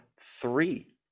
three